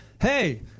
hey